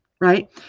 Right